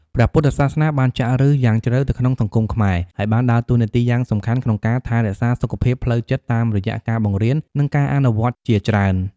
ព្រះពុទ្ធសាសនាបានចាក់ឫសយ៉ាងជ្រៅទៅក្នុងសង្គមខ្មែរ ហើយបានដើរតួនាទីយ៉ាងសំខាន់ក្នុងការថែរក្សាសុខភាពផ្លូវចិត្តតាមរយៈការបង្រៀន និងការអនុវត្តន៍ជាច្រើន។